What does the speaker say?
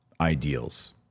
ideals